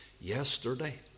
Yesterday